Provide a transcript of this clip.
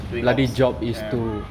doing !oops! ya